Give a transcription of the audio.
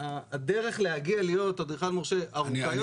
הדרך להגיע להיות אדריכל מורשה היא ארוכה.